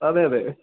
അതെ അതെ